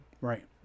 Right